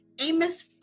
Amos